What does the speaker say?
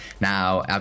now